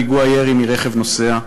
פיגוע ירי מרכב נוסע,